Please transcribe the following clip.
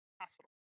hospital